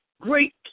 great